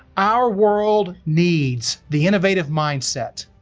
our world needs the innovative mindset,